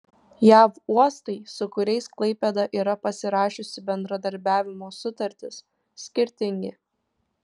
jav uostai su kuriais klaipėda yra pasirašiusi bendradarbiavimo sutartis skirtingi